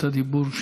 רשות הדיבור שלך.